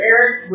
Eric